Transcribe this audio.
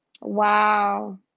Wow